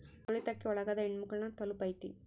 ತುಳಿತಕ್ಕೆ ಒಳಗಾದ ಹೆಣ್ಮಕ್ಳು ನ ತಲುಪೈತಿ